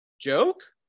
joke